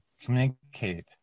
communicate